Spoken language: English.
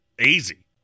Easy